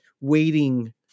waiting